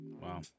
Wow